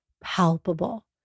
palpable